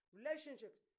relationships